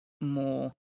more